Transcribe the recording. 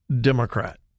Democrat